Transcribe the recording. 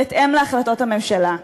בהתאם להחלטות הממשלה.